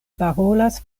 parolas